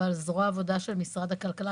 אבל זרוע העבודה של משרד הכלכלה.